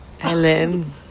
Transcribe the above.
Ellen